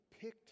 picked